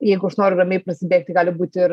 jeigu aš noriu ramiai prasibėgti gali būti ir